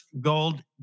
Gold